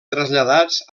traslladats